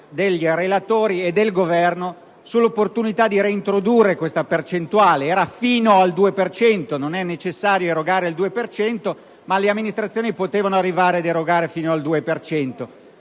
dei relatori e del Governo sull'opportunità di reintrodurre questa percentuale. Essa arrivava fino al 2 per cento: non era necessario erogare il 2 per cento ma le amministrazioni potevano arrivare ad erogare fino al 2